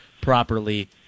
properly